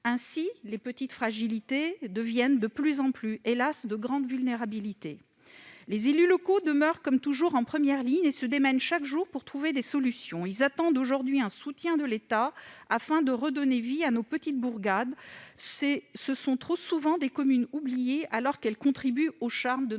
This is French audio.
Ainsi, les petites fragilités deviennent de plus en plus, hélas, de grandes vulnérabilités. Les élus locaux demeurent, comme toujours, en première ligne et se démènent chaque jour pour trouver des solutions. Ils attendent aujourd'hui un soutien de l'État, afin de redonner vie à nos petites bourgades. Ce sont trop souvent des communes oubliées, alors qu'elles contribuent au charme de notre